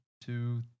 two